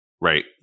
Right